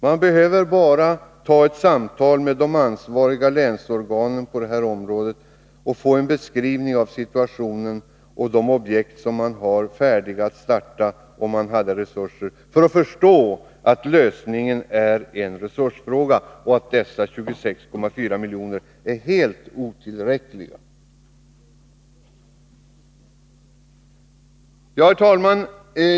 Man behöver bara ta ett samtal med de ansvariga länsorganen på det här området och få en beskrivning av situationen och de objekt man där har färdiga att starta om man får resurser för att förstå att detta är en resursfråga och att dessa 26,4 miljoner är helt otillräckliga. Herr talman!